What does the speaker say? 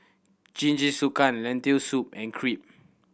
Jingisukan Lentil Soup and Crepe